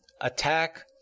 attack